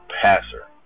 Passer